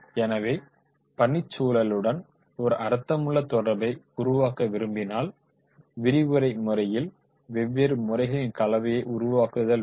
எனவே பணிச்சூழலுடன் ஒரு அர்த்தமுள்ள தொடர்பை உருவாக்க விரும்பினால் விரிவுரை முறையில் வெவ்வேறு முறைகளின் கலவையை உருவாக்குதல் வேண்டும்